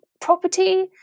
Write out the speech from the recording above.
property